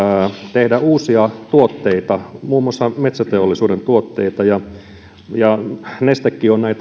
tehdä uusia tuotteita muun muassa metsäteollisuuden tuotteita neste oyjkin on näitä